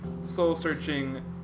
soul-searching